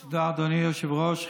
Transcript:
תודה, אדוני היושב-ראש.